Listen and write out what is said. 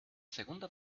segunda